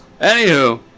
Anywho